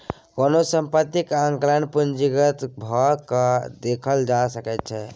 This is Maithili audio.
कोनो सम्पत्तीक आंकलन पूंजीगते भए कय देखल जा सकैत छै